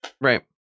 Right